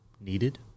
needed